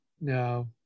no